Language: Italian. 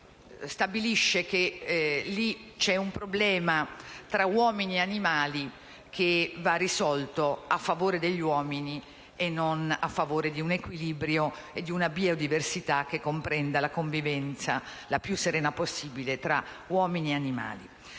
stabilisce che lì c'è un problema tra uomini e animali che va risolto a favore degli uomini e non a favore di un equilibrio e di una biodiversità che comprenda la convivenza più serena possibile tra uomini e animali.